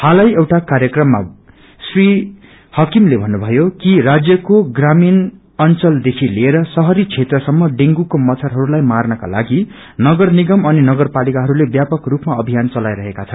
हालै एउटा कार्यक्रममा भन्नुभ्नयो कि राज्यको ग्रामीण अंचलदेखि लिएर शहरी शहरी क्षेत्रसम्म डेंगूको मच्छरहरूलाई मार्नको लागि नगर निगम अनि नगरपालिकाहरूले व्यापक रूपमा अभियान चलाईरहेका छन्